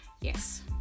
yes